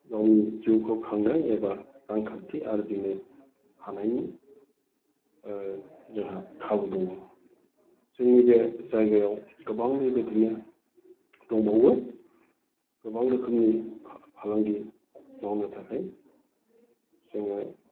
गावनि जिउखौ खांनो एबा रांखान्थि आरजिनो हानायनि जोंहा खाबु दङ जोंनि बे जायगायाव गोबां बेबादिनो दंबावो गोबां रोखोमनि फालांगि मावनो थाखाय जोङो